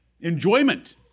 enjoyment